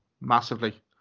massively